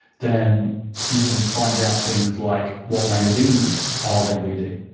then you can find out things like what magazines are they reading,